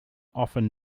often